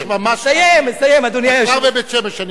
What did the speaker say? אתה כבר בבית-שמש.